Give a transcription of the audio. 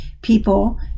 people